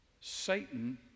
Satan